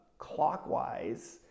clockwise